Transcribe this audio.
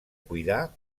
cuidar